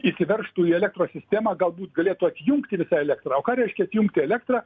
įsiveržtų į elektros sistemą galbūt galėtų atjungti visą elektrą o ką reiškia atjungti elektrą